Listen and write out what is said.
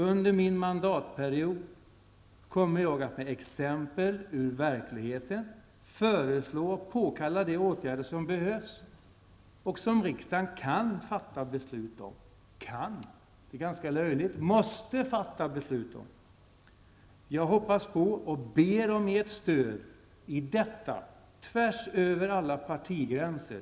Under min mandatperiod kommer jag att med exempel ur verkligheten föreslå och påkalla de åtgärder som behövs och som riksdagen kan fatta beslut om. Kan -- det är ganska löjligt -- måste fatta beslut om. Jag hoppas på och ber om ert stöd i detta tvärs över alla partigränser.